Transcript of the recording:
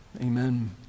amen